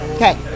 Okay